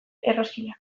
erroskillak